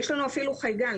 יש לנו אפילו חייגן.